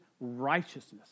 righteousness